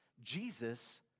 Jesus